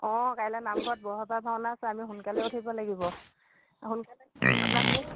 অঁ কাইলৈ নামঘৰত বৰসভাৰ ভাওনা আছে আমি সোনকালে উঠিব লাগিব সোনকালে আপোনাক কৈছোঁ